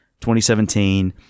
2017